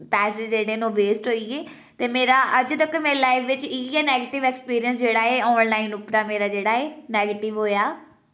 पैसे जेह्ड़े न ओह् वेस्ट होई गे ते मेरा अज्ज तक मेरी लाइफ बिच इ'यै नैगेटिव ऐक्सपीरियंस जेह्ड़ा ऐ आनलाइन उप्परा मेरा जेह्ड़ा ऐ नैगेटिव होएआ